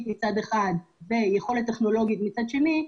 מצד אחד והיכולת הטכנולוגית מצד שני,